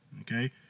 Okay